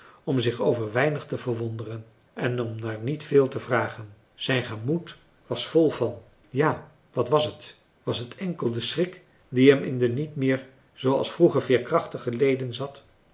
om zich over weinig te verwonderen en om naar niet veel te vragen zijn gemoed was vol van ja wat wàs het was het enkel de schrik die hem in de niet meer zooals vroeger veerkrachtige leden zat